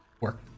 work